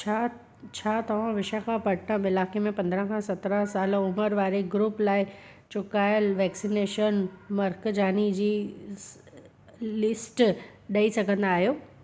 छा छा तव्हां विशाखापट्नम इलाइके में पंद्रहं खां सत्रहं साल उमिरि वारे ग्रूप लाइ चुकाइल वैक्सनेशन मर्कज़नि जी लिस्ट ॾेई सघंदा आहियो